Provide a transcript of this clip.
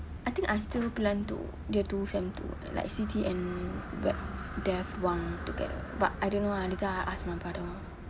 I think I still plan to year two semester two like C_T and web dev one together but I don't know ah later I ask my brother orh